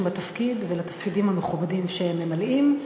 בתפקיד ולתפקידים המכובדים שהם ממלאים,